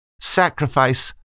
sacrifice